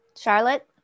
Charlotte